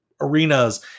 arenas